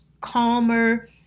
calmer